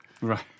Right